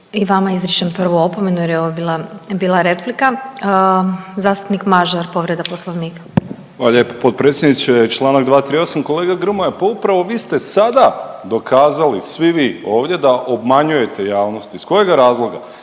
I vama izričem prvu opomenu jer je ovo bila replika. Zastupnik Mažar, povreda Poslovnika. **Mažar, Nikola (HDZ)** Hvala lijepo potpredsjedniče. Članak 238. Kolega Grmoja pa upravo vi ste sada dokazali svi vi ovdje da obmanjujete javnost iz kojega razloga?